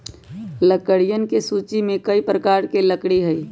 लकड़ियन के सूची में कई प्रकार के लकड़ी हई